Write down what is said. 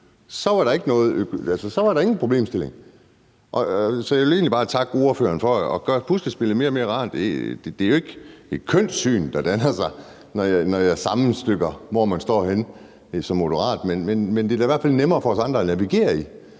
var der ingen problemstilling. Så jeg vil egentlig bare takke ordføreren for at gøre det her med puslespillet mere og mere klart. Det er jo ikke et kønt syn, der danner sig, når jeg sammenstykker, hvor man står henne som moderat, men det er da i hvert fald nemmere for os andre at navigere i